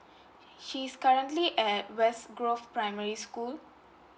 she's currently at west grove primary school